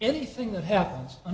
anything that happens